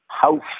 House